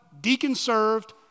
deacon-served